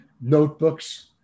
notebooks